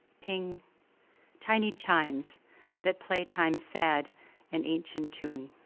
ping tiny chimes that play time's sad and ancient tune.